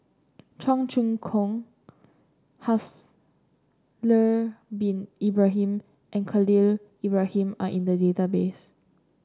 Cheong Choong Kong Haslir Bin Ibrahim and Khalil Ibrahim are in the database